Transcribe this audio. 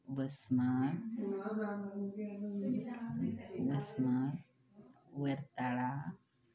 बस्मान बस्मान वरताळा